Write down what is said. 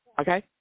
Okay